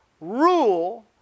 rule